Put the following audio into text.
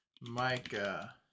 micah